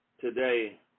today